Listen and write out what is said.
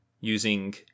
using